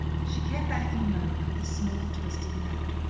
she came back in a moment with a small, twisted note.